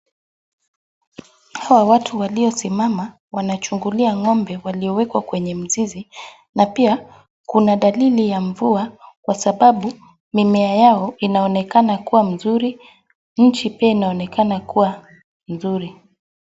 Hawa watu waliosimama wanachungulia ng'ombe walio kwenye mzizi na pia kuna dalili ya mvua kwasababu mimea yao inaokana kuwa mzuri, nchi pia inaonekana kuwa mzuri.